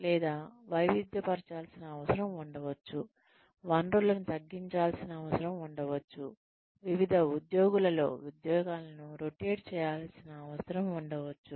లేదా వైవిధ్యపరచాల్సిన అవసరం ఉండవచ్చు వనరులను తగ్గించాల్సిన అవసరం ఉండవచ్చు వివిధ ఉద్యోగులలో ఉద్యోగాలను రొటేట్ చేయాల్సిన అవసరం ఉండవచ్చు